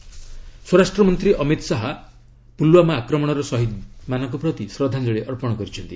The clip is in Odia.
ଶାହା ପ୍ନଲୱାମା ସ୍ୱରାଷ୍ଟ୍ର ମନ୍ତ୍ରୀ ଅମିତ ଶାହା ପୁଲୁୱାମା ଆକ୍ରମଣର ସହିଦ ମାନଙ୍କ ପ୍ରତି ଶ୍ରଦ୍ଧାଞ୍ଜଳି ଅର୍ପଣ କରିଛନ୍ତି